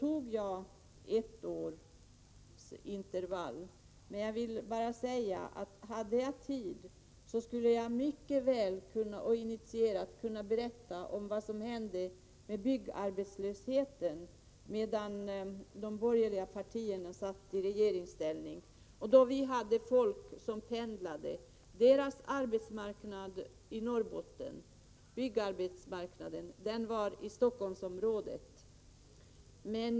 När jag talade om byggarbetslösheten gällde det dess omfattning under ett år. Om tiden medgav skulle jag kunna berätta hur det stod till med den när de borgerliga partierna befann sig i regeringsställning. Då fick folk som bodde i Norrbotten pendla ned till byggarbetsplatserna i Stockholm.